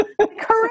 Correct